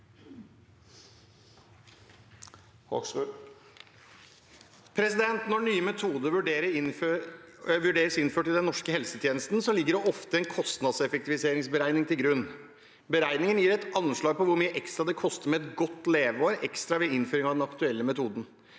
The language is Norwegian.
Når nye metoder vurderes innført i den norske helsetjenesten, ligger det ofte en kostnadseffektiviseringsberegning til grunn. Beregningen gir et anslag på hvor mye ekstra det koster med ytterligere ett godt leveår ved innføring av den aktuelle metoden.